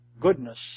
goodness